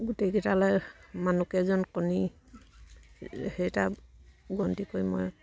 গোটেইকেইটালৈ মানুহক কণী গন্তি কৰি মই